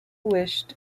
wished